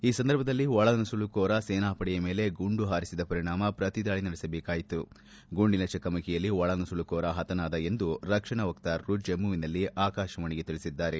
ಈ ಸಂದರ್ಭದಲ್ಲಿ ಒಳ ನುಸುಳುಕೋರ ಸೇನಾಪಡೆಯ ಮೇಲೆ ಗುಂಡು ಹಾರಿಸಿದ ಪರಿಣಾಮ ಪ್ರತಿದಾಳ ನಡೆಸಬೇಕಾಯಿತು ಗುಂಡಿನ ಚಕಮಕಿಯಲ್ಲಿ ಒಳನುಸುಳುಕೋರ ಹತನಾದ ಎಂದು ರಕ್ಷಣಾ ವಕ್ತಾರರು ಜಮ್ಮವಿನಲ್ಲಿ ಆಕಾಶವಾಣಿಗೆ ತಿಳಿಸಿದ್ದಾರೆ